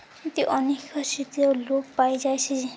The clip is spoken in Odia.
ଅନେକ ଚିତ୍ର ଲୋପ ପାଇଯାଇଛି